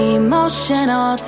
emotional